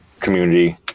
community